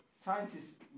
Scientists